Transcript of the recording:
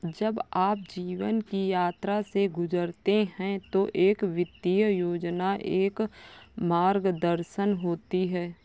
जब आप जीवन की यात्रा से गुजरते हैं तो एक वित्तीय योजना एक मार्गदर्शन होती है